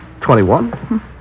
Twenty-one